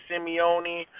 Simeone